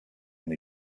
and